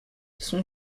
son